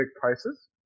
prices